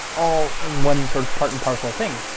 all in one sort of part and parcel thing.